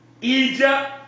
Egypt